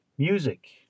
Music